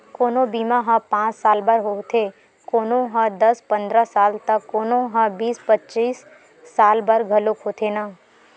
कोनो बीमा ह पाँच साल बर होथे, कोनो ह दस पंदरा साल त कोनो ह बीस पचीस साल बर घलोक होथे न